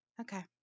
Okay